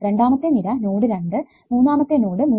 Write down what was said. രണ്ടാമത്തെ നിര നോഡ് 2 മൂന്നാമത്തെ നോട് 3